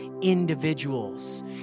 individuals